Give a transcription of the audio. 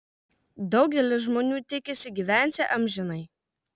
daugelis žmonių tikisi gyvensią amžinai